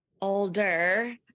Older